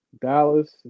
Dallas